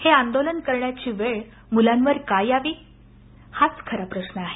हे आंदोलन करण्याची वेळ मुलांवर का यावी हाच खरा प्रश्न आहे